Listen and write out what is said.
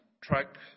track